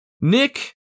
Nick